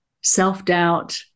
self-doubt